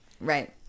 right